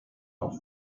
auch